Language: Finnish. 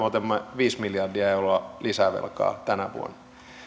otamme viisi miljardia euroa lisävelkaa tänä vuonna